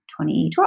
2012